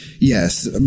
Yes